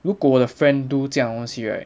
如果我的 friend do 这样东西 right